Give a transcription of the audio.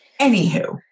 Anywho